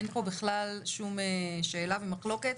אין פה בכלל שום שאלה ומחלוקת,